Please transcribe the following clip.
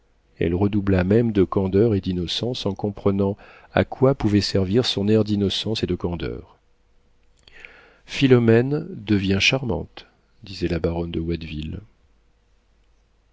elle redoubla même de candeur et d'innocence en comprenant à quoi pouvait servir son air d'innocence et de candeur philomène devient charmante disait la baronne de